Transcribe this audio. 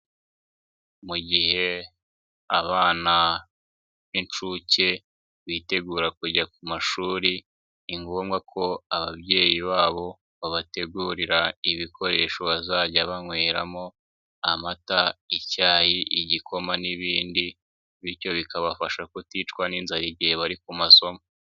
Mu gihe abana b'inshuke bitegura kujya ku mashuri ni nggombwa ko ababyeyi babo babategurira ibikoresho bazajya banyweramo amata, icyayi, igikoma n'ibindi bityo bikabafasha kuticwa n'inzara igihe bari ku masomo.